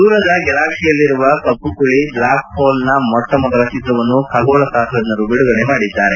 ದೂರದ ಗ್ನಾಲ್ಡಾಕ್ಷಿಯಲ್ಲಿರುವ ಕಮ್ನುಳಿ ಬ್ಲಾಕ್ ಹೋಲ್ನ ಮೊಟ್ಟ ಮೊದಲ ಚಿತ್ರವನ್ನು ಖಗೋಳಶಾಸ್ತಜ್ಞರು ಬಿಡುಗಡೆ ಮಾಡಿದ್ಲಾರೆ